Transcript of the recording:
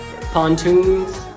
Pontoons